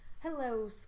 Hello